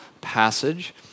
passage